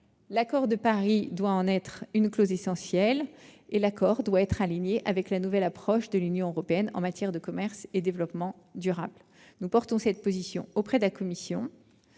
L'accord de Paris doit en être une clause essentielle, et l'accord avec le Mercosur doit être aligné avec la nouvelle approche de l'Union européenne en matière de commerce et de développement durable. Nous portons cette position auprès de la Commission